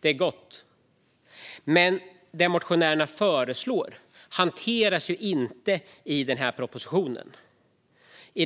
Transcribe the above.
Det är gott. Men det motionärerna föreslår hanteras inte i den här propositionen.